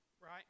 right